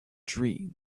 dream